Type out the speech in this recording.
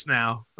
now